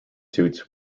suits